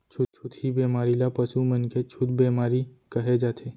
छुतही बेमारी ल पसु मन के छूत बेमारी कहे जाथे